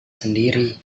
sendiri